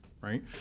right